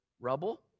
rubble